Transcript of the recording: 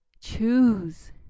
choose